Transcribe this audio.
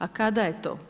A kada je to?